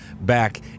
back